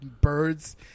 birds